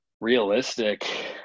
realistic